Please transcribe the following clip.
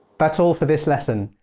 that's all for this lesson.